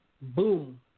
Boom